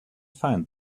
find